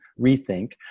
rethink